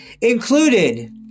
included